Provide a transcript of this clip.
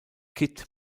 kid